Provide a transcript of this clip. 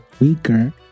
weaker